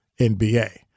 NBA